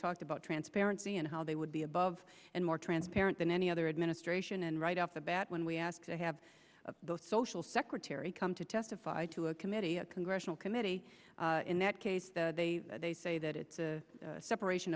talked about transparency and how they would be above and more transparent than any other administration and right off the bat when we asked to have those social secretary come to testify to a committee a congressional committee in that case they say that it's separation